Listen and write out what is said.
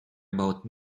about